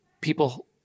people